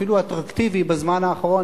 אפילו אטרקטיבי בזמן האחרון,